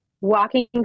walking